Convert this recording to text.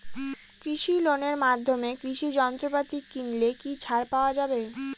কৃষি লোনের মাধ্যমে কৃষি যন্ত্রপাতি কিনলে কি ছাড় পাওয়া যায়?